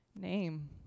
name